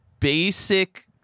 Basic